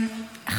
זה --- בבקשה.